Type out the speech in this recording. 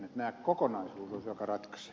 kokonaisuus on se joka ratkaisee